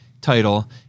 title